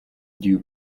dew